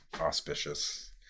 auspicious